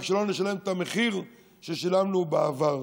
רק שלא נשלם את המחיר ששילמנו בעבר.